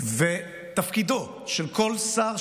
ותפקידו של כל שר,